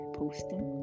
posting